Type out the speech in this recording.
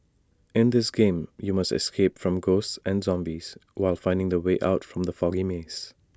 in this game you must escape from ghosts and zombies while finding the way out from the foggy maze